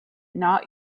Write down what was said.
not